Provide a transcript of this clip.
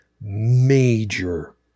major